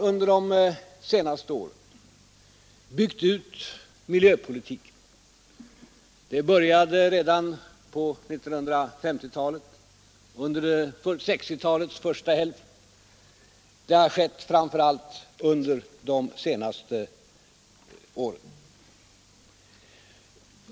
Uppbyggnaden av miljöpolitiken började redan på 1950-talet och fortsatte under 1960-talets första hälft, men den har framför allt skett under de senaste åren.